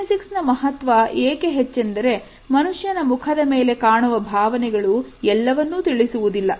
kinesics ನ ಮಹತ್ವ ಏಕೆ ಹೆಚ್ಚೆಂದರೆ ಮನುಷ್ಯನ ಮುಖದ ಮೇಲೆ ಕಾಣುವ ಭಾವನೆಗಳು ಎಲ್ಲವನ್ನು ತಿಳಿಸುವುದಿಲ್ಲ